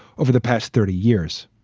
over the past thirty years